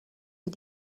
wie